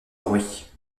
bruit